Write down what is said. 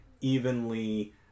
evenly